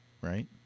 right